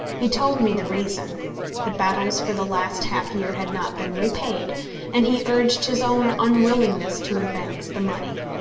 he told me the reason the battels for the last half-year had not been repaid and he urged his own unwillingness to advance the money.